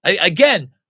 Again